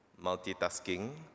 multitasking